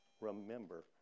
remember